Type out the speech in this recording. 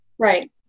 right